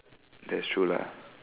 that's true lah